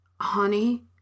Honey